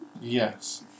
Yes